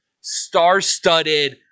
star-studded